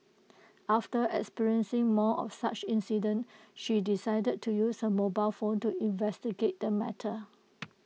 after experiencing more of such incidents she decided to use her mobile phone to investigate the matter